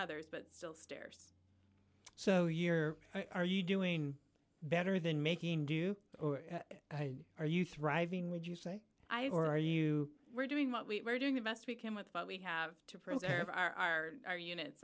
others but still stairs so you're are you doing better than making do or are you thriving would you say i or you were doing what we're doing the best we can with what we have to preserve our our